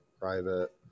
private